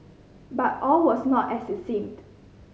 but all was not as it seemed